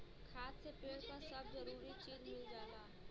खाद से पेड़ क सब जरूरी चीज मिल जाला